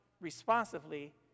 responsively